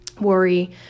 worry